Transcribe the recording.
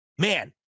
man